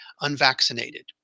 unvaccinated